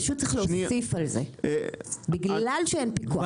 פשוט צריך להוסיף על זה בגלל שאין פיקוח.